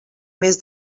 més